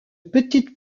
petite